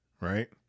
right